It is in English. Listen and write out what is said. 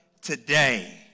today